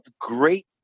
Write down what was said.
great